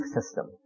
system